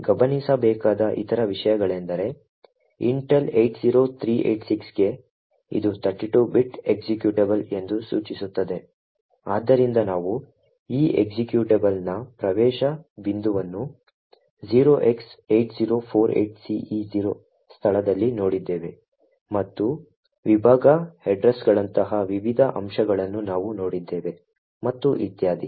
ಗಮನಿಸಬೇಕಾದ ಇತರ ವಿಷಯಗಳೆಂದರೆ ಇಂಟೆಲ್ 80386 ಗೆ ಇದು 32 ಬಿಟ್ ಎಕ್ಸಿಕ್ಯೂಟಬಲ್ ಎಂದು ಸೂಚಿಸುತ್ತದೆ ಆದ್ದರಿಂದ ನಾವು ಈ ಎಕ್ಸಿಕ್ಯೂಟಬಲ್ ನ ಪ್ರವೇಶ ಬಿಂದುವನ್ನು 0x8048ce0 ಸ್ಥಳದಲ್ಲಿ ನೋಡಿದ್ದೇವೆ ಮತ್ತು ವಿಭಾಗ ಹೆಡ್ರ್ಸ್ಗಳಂತಹ ವಿವಿಧ ಅಂಶಗಳನ್ನು ನಾವು ನೋಡಿದ್ದೇವೆ ಮತ್ತು ಇತ್ಯಾದಿ